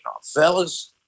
fellas